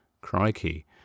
Crikey